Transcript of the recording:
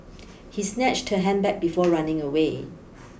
he snatched her handbag before running away